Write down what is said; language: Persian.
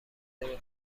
نمی